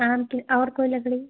आम की और कोई लकड़ी